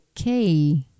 okay